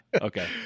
Okay